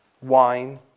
wine